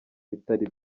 bitari